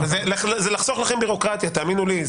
זה לחסוך לכם בירוקרטיה, האמינו לי.